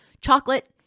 chocolate